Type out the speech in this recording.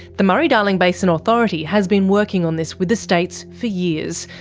the murray-darling basin authority has been working on this with the states for years,